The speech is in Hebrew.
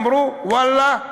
אמרו: ואללה,